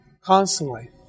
constantly